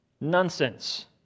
Nonsense